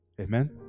Amen